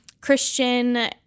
Christian